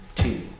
two